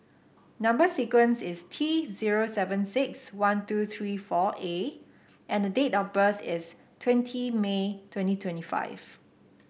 number sequence is T zero seven six one two three four A and the date of birth is twenty May twenty twenty five